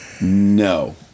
No